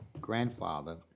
Grandfather